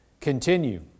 Continue